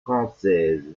françaises